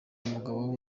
umugabo